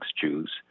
jews